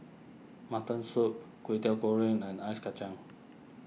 Mutton Soup Kway Teow Goreng and Ice Kachang